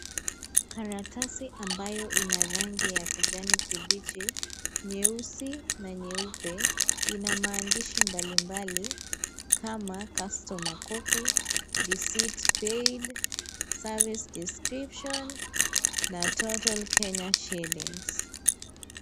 Karatasi ambayo ina rangi ya kijani kibichi, nyeusi na nyeupe, ina maandishi mbalimbali kama customer copy, receipt, paid, service description na total Kenya shillings .